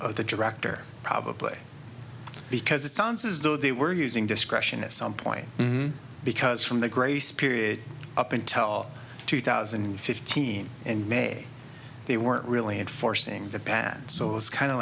director probably because it sounds as though they were using discretion at some point because from the grace period up intel two thousand and fifteen and may they weren't really enforcing the bad so it was kind